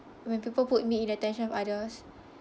when people put me in the attention of others